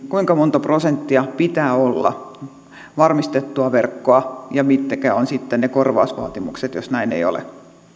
kuinka monta prosenttia pitää olla varmistettua verkkoa ja mitkä ovat sitten ne korvausvaatimukset jos näin ei ole